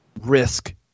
risk